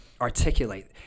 articulate